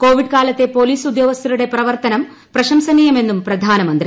Covid കാലത്തെ police ഉദോഗസ്ഥരുടെ പ്രവർത്തനം പ്രശംസനീയമെന്നും പ്രധാനമന്ത്രി